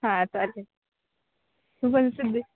हा चालेल तू पण सिद्धे